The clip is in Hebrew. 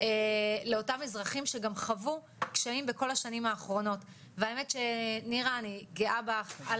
לאותם אזרחים שגם חוו קשיים בכל השנים האחרונות והאמת שנירה אני גאה בך,